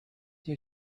you